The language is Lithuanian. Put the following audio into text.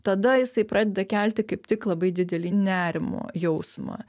tada jisai pradeda kelti kaip tik labai didelį nerimo jausmą